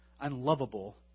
unlovable